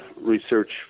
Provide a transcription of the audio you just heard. research